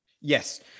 Yes